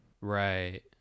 right